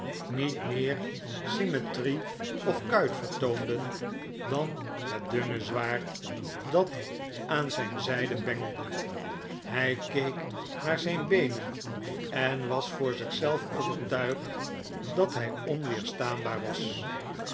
niet meer symmetric of kuit vertoonden dan het dunne zwaard dat aan zijn zijde bengelde hij keek naar zijn beenen en was voor zichzelf overtuigd dat hij onweerstaanbaar was